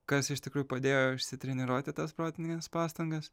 kas iš tikrųjų padėjo išsitreniruoti tas protines pastangas